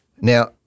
Now